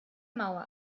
mauer